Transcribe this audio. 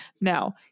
Now